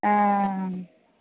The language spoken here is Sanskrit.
आ